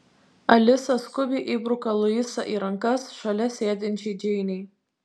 alisa skubiai įbruka luisą į rankas šalia sėdinčiai džeinei